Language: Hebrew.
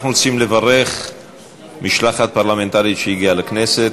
אנחנו רוצים לברך משלחת פרלמנטרית שהגיעה לכנסת.